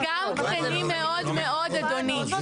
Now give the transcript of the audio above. יש גם קטנים מאוד מאוד אדוני.